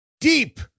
deep